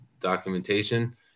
documentation